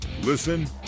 Listen